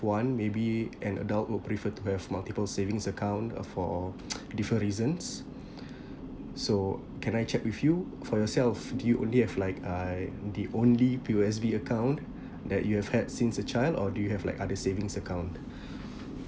one maybe an adult would prefer to have multiple savings account uh for different reasons so can I check with you for yourself do you only have like I the only P_O_S_B account that you have had since a child or do you have like other savings account